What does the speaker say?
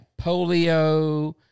polio